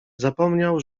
zapomniał